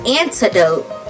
antidote